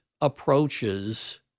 approaches